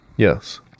Yes